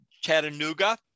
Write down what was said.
Chattanooga